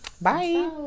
Bye